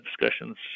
discussions